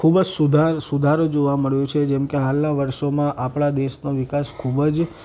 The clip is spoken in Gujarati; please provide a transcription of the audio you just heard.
ખૂબ જ સુધાર સુધારો જોવા મળ્યો છે જેમ કે હાલનાં વર્ષોમાં આપણા દેશનો વિકાસ ખૂબ જ